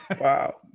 Wow